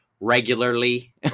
regularly